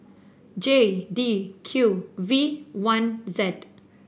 J D Q V one Z